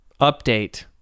Update